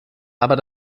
aber